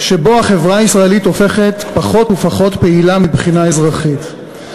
שבו החברה הישראלית הופכת פחות ופחות פעילה מבחינה אזרחית.